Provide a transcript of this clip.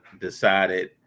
decided